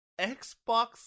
Xbox